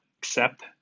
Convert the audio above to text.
accept